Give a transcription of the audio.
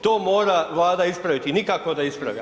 To mora Vlada ispraviti i nikako da ispravi.